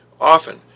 Often